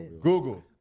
google